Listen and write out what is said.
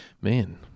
Man